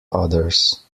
others